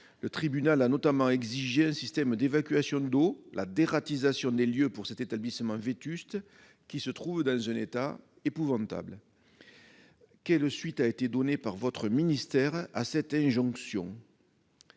de Fresnes. Il a notamment exigé un système d'évacuation d'eau et la dératisation des lieux pour cet établissement vétuste, qui se trouve dans un état épouvantable. Quelle suite a été donnée par votre ministère à cette injonction ?